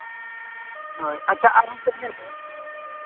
ᱟᱪᱪᱷᱟ ᱟᱨ ᱦᱚᱸ ᱠᱚ ᱮᱨᱟ